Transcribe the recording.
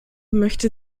möchte